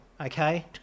okay